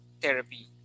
therapy